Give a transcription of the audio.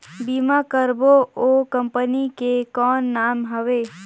बीमा करबो ओ कंपनी के कौन नाम हवे?